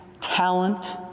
talent